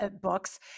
books